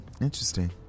Interesting